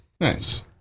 Nice